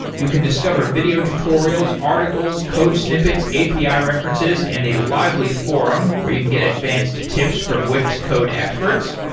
you can discover video tutorials, articles, code snippets, api ah references and a lively forum where you can get advanced tips from wix code experts.